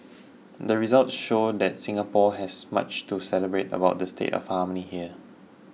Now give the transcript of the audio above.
the results show that Singapore has much to celebrate about the state of harmony here